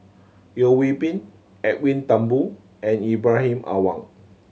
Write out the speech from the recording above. Yeo Hwee Bin Edwin Thumboo and Ibrahim Awang